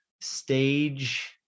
stage